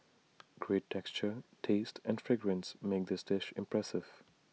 great texture taste and fragrance make this dish impressive